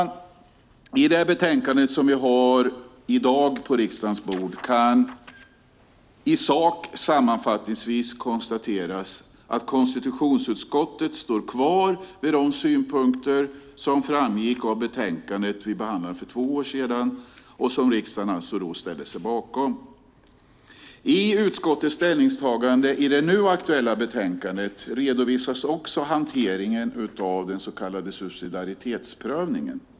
När det gäller det utlåtande som vi i dag har på riksdagens bord kan i sak sammanfattningsvis konstateras att konstitutionsutskottet står kvar vid de synpunkter som framgick av det utlåtande som vi behandlade för två år sedan och som riksdagen då ställde sig bakom. I utskottets ställningstagande i det nu aktuella utlåtandet redovisas också hanteringen av den så kallade subsidiaritetsprövningen.